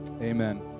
amen